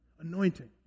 Anointing